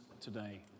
today